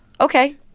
okay